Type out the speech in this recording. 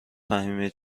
فهیمه